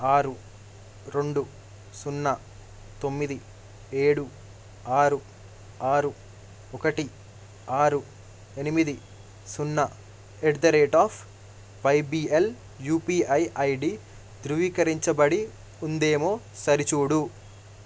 ఆరు రెండు సున్నతొమ్మిది ఏడు ఆరు ఆరు ఒకటి ఆరు ఎనిమిది సున్న at the rate of YBL UPI ID ధృవీకరించబడి ఉందేమో సరిచూడు